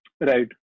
Right